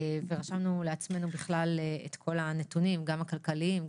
רשמנו לעצמנו בכלל את כל הנתונים גם הכלכליים,